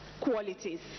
qualities